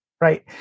Right